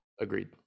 Agreed